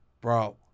Bro